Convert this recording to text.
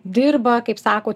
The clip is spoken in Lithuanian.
dirba kaip sako